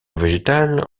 végétale